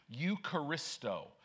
eucharisto